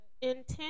intent